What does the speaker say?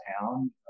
town